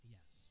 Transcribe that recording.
Yes